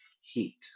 heat